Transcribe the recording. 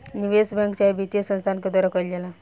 निवेश बैंक चाहे वित्तीय संस्थान के द्वारा कईल जाला